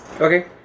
Okay